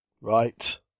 Right